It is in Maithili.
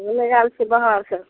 हमे आएल छी बाहर से